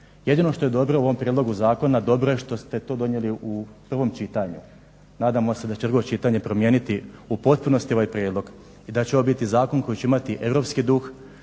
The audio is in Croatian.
Jedino što je dobro u ovom prijedlogu zakona dobro je što ste to donijeli u prvom čitanju. Nadamo se da će drugo čitanje promijeniti u potpunosti ovaj prijedlog i da će ovo biti zakon koji će imati europski duh